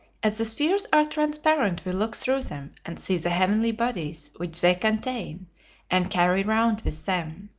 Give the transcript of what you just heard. as the spheres are transparent we look through them and see the heavenly bodies which they contain and carry round with them.